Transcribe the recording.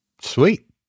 Sweet